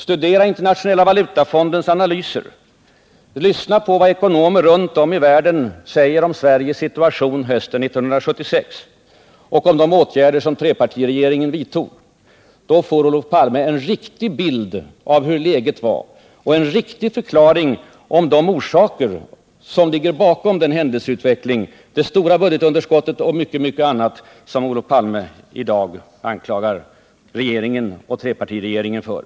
Studera Internationella valutafondens analyser! Lyssna på vad ekonomer runt om i världen säger om Sveriges situation hösten 1976 och om de åtgärder som trepartiregeringen vidtog! Då får Olof Palme en riktig bild av hur läget var och en riktig förklaring till de orsaker som ligger bakom händelseutvecklingen, det stora budgetunderskottet och mycket annat som Olof Palme i dag anklagar den nuvarande regeringen och trepartiregeringen för.